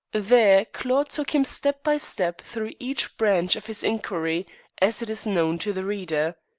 there claude took him step by step through each branch of his inquiry as it is known to the reader.